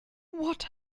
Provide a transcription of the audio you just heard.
what